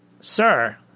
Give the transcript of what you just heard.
Sir